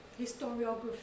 historiography